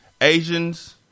Asians